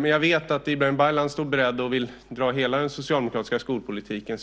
men jag vet att Ibrahim Baylan är beredd och vill dra hela den socialdemokratiska skolpolitiken.